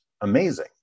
amazing